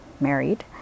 married